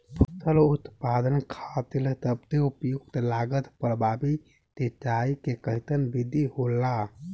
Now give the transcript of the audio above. फसल उत्पादन खातिर सबसे उपयुक्त लागत प्रभावी सिंचाई के कइसन विधि होला?